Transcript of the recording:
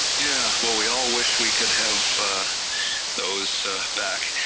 yeah well we all wish we could have those back,